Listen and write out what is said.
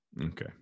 okay